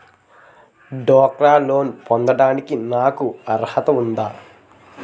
డ్వాక్రా లోన్ పొందటానికి నాకు అర్హత ఉందా?